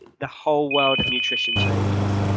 the whole world of nutrition changes